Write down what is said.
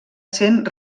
sent